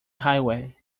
highway